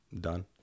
done